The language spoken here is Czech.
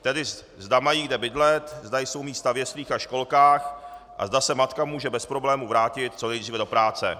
Tedy zda mají kde bydlet, zda jsou místa v jeslích a školkách a zda se matka může bez problémů vrátit co nejdříve do práce.